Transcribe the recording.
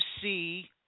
see